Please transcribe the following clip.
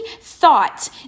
thought